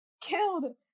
killed